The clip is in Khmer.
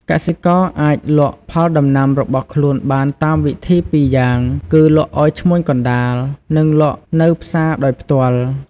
កសិករអាចលក់ផលដំណាំរបស់ខ្លួនបានតាមវិធីពីរយ៉ាងគឺ លក់ឱ្យឈ្មួញកណ្តាល និងលក់នៅផ្សារដោយផ្ទាល់។